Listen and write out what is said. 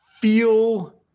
feel